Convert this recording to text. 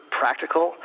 practical